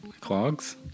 Clogs